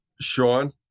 Sean